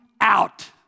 out